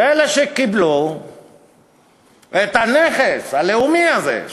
שאלה שקיבלו את הנכס הלאומי הזה,